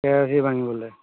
K Y C ভাঙিবলৈ